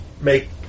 make